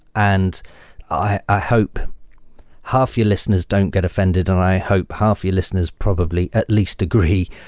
and i hope half your listeners don't get offended and i hope half your listeners probably at least agree.